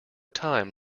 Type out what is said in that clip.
time